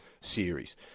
series